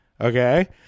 Okay